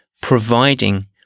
providing